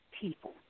people